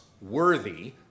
worthy